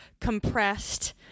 compressed